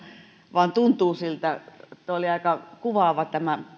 vain tuntuu siltä se oli aika kuvaava tämä